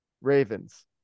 Ravens